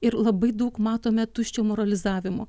ir labai daug matome tuščio moralizavimo